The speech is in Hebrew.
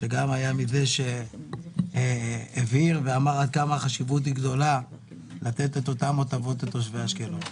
שגם הבהיר ואמר עד כמה גדולה החשיבות לתת את אותן הטבות לתושבי אשקלון.